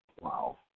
Wow